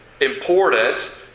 important